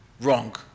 wrong